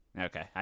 Okay